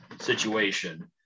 situation